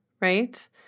right